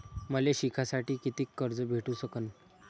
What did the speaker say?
मले शिकासाठी कितीक कर्ज भेटू सकन?